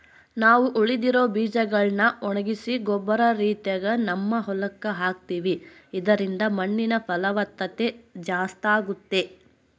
ನಾವು ಉಳಿದಿರೊ ಬೀಜಗಳ್ನ ಒಣಗಿಸಿ ಗೊಬ್ಬರ ರೀತಿಗ ನಮ್ಮ ಹೊಲಕ್ಕ ಹಾಕ್ತಿವಿ ಇದರಿಂದ ಮಣ್ಣಿನ ಫಲವತ್ತತೆ ಜಾಸ್ತಾಗುತ್ತೆ